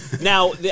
Now